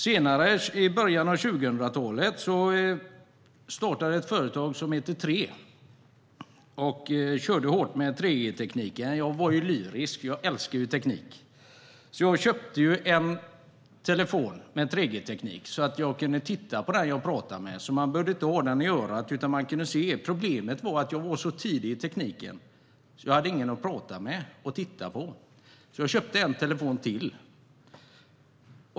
Senare, i början av 2000-talet, startade ett företag som hette 3 som körde hårt med 3G-tekniken. Jag var lyrisk, eftersom jag älskar teknik. Jag köpte en telefon med 3G-teknik så att jag kunde titta på den jag pratade med. Man behövde inte ha den vid örat, utan man kunde se. Problemet var att jag var så tidig med tekniken att jag inte hade någon att prata med och titta på. Så jag köpte en telefon till.